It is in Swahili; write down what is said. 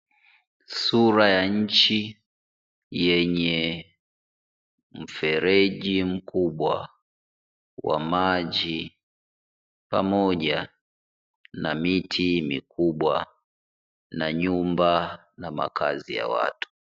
Sura ya nchi yenye mfereji mkubwa wa maji pamoja na miti mikubwa na nyumba na makazi ya watu.